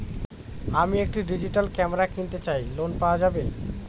আমি একটি digital camera কিনতে চাই ঝণ পাওয়া যাবে?